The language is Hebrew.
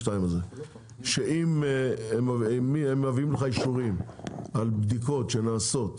כך שאם הם מביאים לך אישורים על בדיקות שנעשות,